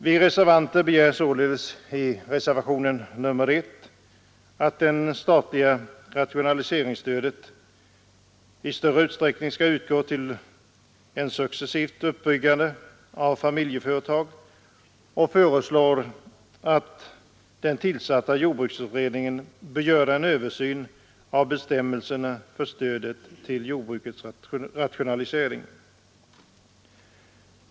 Vi reservanter föreslår således i reservationen 1 att det statliga rationaliseringsstödet i större utsträckning skall utgå till successivt uppbyggande av familjeföretag och att den tillsatta jordbruksutredningen skall göra en översyn av bestämmelserna för stödet till jordbruksrationalisering.